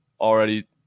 already